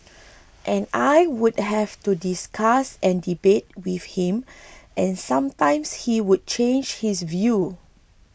and I would have to discuss and debate with him and sometimes he would change his view